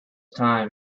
time